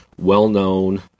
well-known